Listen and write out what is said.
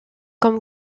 comme